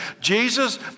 Jesus